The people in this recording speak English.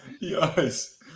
yes